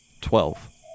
Twelve